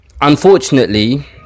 unfortunately